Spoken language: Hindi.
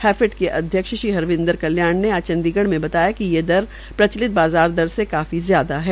हैफेड के अध्यक्ष श्री हरविन्द्र कल्याण ने आज चंडीगढ़ में बताया कि ये दरे प्रचलित बाज़ार दर से काफी ज्यादा है